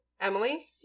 emily